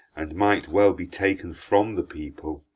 and might well be taken from the people.